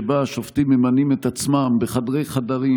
שבה השופטים ממנים את עצמם בחדרי חדרים,